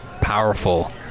Powerful